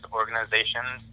organizations